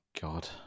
God